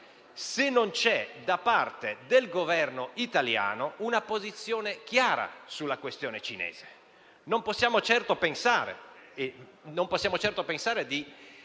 se non c'è da parte del Governo italiano una posizione chiara sulla questione cinese. Non possiamo certo pensare di